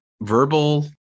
verbal